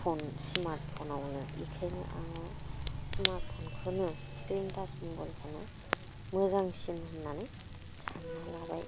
phone स्मार्टफ'नावनो बेखायनो आङो स्मार्टफ'नखौनो स्क्रिनटाच मबाइलखौनो मोजांसिन होननानै सानना लाबाय